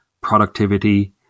productivity